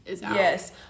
Yes